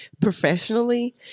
professionally